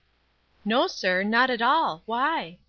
no, sir not at all. why?